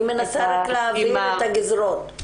אני מנסה להבין את הגזרות.